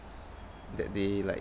that they like